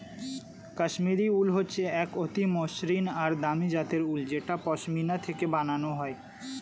Kashmiri wool হচ্ছে এক অতি মসৃন আর দামি জাতের উল যেটা পশমিনা থেকে বানানো হয়